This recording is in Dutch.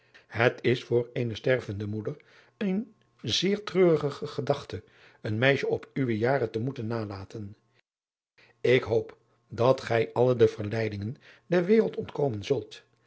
et is voor eene stervende moeder eene zeer treurige gedachte een meisje op uwe jaren te moeten nalaten k hoop dat gij alle de verleidingen der wereld ontkomen zult